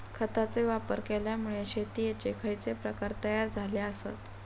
खतांचे वापर केल्यामुळे शेतीयेचे खैचे प्रकार तयार झाले आसत?